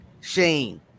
Shane